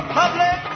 public